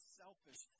selfish